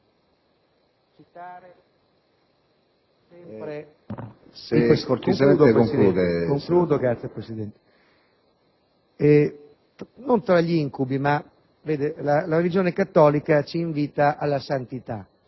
Non tra gli incubi, ma la religione cattolica ci invita alla santità.